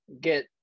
get